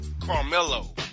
Carmelo